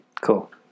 cool